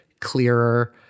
clearer